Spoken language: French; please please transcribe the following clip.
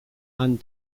nouveau